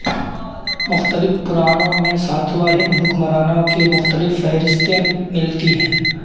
مختلف پرانوں میں ساتواہن حکمرانوں کی مختلف فہرستیں ملتی ہیں